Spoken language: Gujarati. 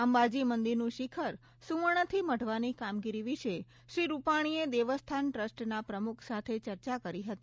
અંબાજી મંદિરનું શિખર સુવર્ણથી મઢવાની કામગીરી વિશે શ્રી રૂપાણીએ દેવસ્થાન ટ્રસ્ટના પ્રમુખ સાથે ચર્ચા કરી હતી